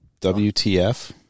WTF